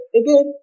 again